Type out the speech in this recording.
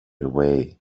away